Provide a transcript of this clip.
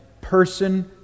person